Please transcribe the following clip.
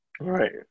right